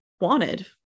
wanted